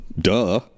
Duh